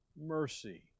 mercy